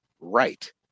right